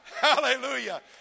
Hallelujah